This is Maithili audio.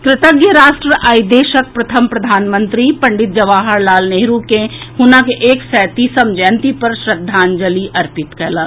कृतज्ञ राष्ट्र आइ देशक प्रथम प्रधानमंत्री पंडित जवाहर लाल नेहरू के हुनक एक सय तीसम जयंती पर श्रद्वांजलि अर्पित कयलक